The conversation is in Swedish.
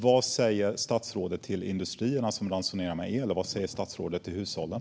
Vad säger statsrådet till industrierna som ransonerar el och till hushållen?